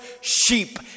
sheep